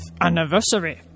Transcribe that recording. anniversary